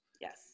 Yes